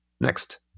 next